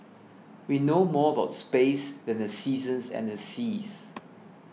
we know more about space than the seasons and the seas